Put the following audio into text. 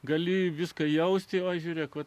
gali viską jausti va žiūrėk va